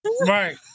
Right